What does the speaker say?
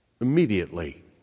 Immediately